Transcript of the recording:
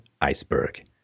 iceberg